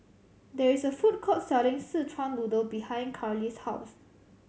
there is a food court selling Szechuan Noodle behind Karlie's house